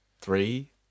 three